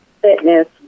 fitness